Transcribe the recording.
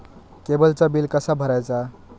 केबलचा बिल कसा भरायचा?